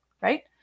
right